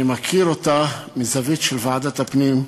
אני מכיר אותו מהזווית של ועדת הפנים,